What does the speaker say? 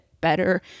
better